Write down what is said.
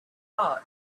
heart